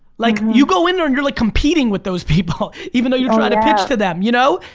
like you go in there and you're like competing with those people even though you're trying to pitch to them, you know?